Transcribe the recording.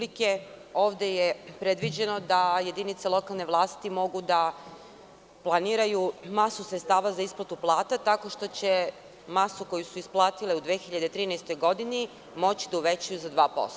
Ovde je predviđeno da jedinice lokalne vlasti mogu da planiraju masu sredstava za isplatu plata tako što će masu koju su isplatili u 2013. godini moći da uvećaju za 2%